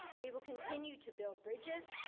we will continue to build bridges,